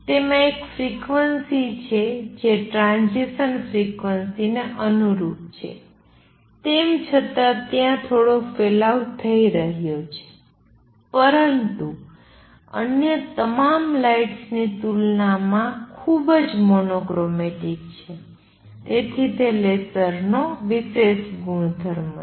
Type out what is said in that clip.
તેમાં એક ફ્રિક્વન્સી છે જે ટ્રાંઝીસન ફ્રિક્વન્સીને અનુરૂપ છે તેમ છતાં ત્યાં થોડો ફેલાવો થઈ રહ્યો છે પરંતુ અન્ય તમામ લાઇટ્સની તુલનામાં ખૂબ જ મોનો ક્રોમેટિક છે તેથી તે લેસરનો વિશેષ ગુણધર્મ છે